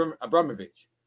Abramovich